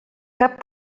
cap